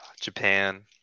japan